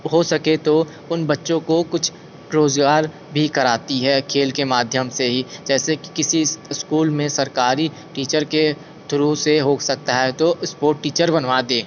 हो सके तो उन बच्चों को कुछ रोजगार भी कराती है खेल के माध्यम से ही जैसे कि किसी स्कूल में सरकारी टीचर के थ्रू से हो सकता है तो स्पोर्ट टीचर बनवा दे